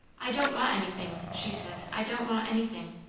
i don't want anything! she said. i don't want anything!